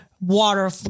water